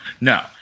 No